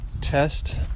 test